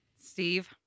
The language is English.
Steve